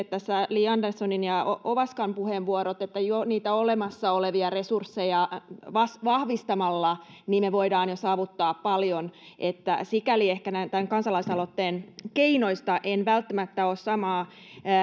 tässä li anderssonin ja ovaskan puheenvuorot siitä että jo niitä olemassa olevia resursseja vahvistamalla me voimme saavuttaa paljon ehkä näen tämän kansalaisaloitteen niin että keinoista en välttämättä ole samaa